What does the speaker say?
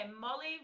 Molly